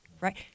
right